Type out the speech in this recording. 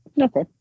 Okay